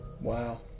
Wow